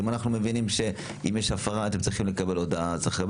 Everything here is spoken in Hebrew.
אם אנחנו מבינים שיש הפרה ואתם צריכים לקבל הודעה,